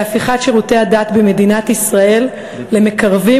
להפיכת שירותי הדת במדינת ישראל למקרבים